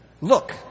Look